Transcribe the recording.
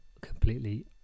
completely